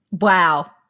Wow